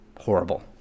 Horrible